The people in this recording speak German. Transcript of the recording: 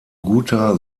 guter